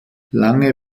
lange